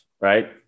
right